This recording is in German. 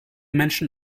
menschen